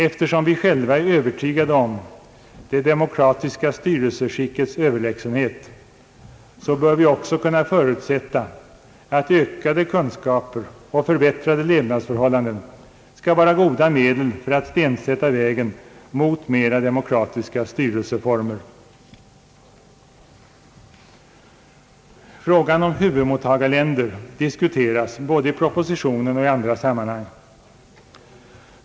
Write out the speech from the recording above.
Eftersom vi själva är övertygade om det demokratiska styrelseskickets överlägsenhet, bör vi också kunna förutsätta att ökade kunskaper och förbättrade levnadsförhållanden skall vara goda medel för att stensätta vägen mot mera demokratiska styrelseformer. Frågan om huvudmottagarländer diskuteras både i propositionen och i andra sammanhang.